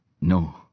No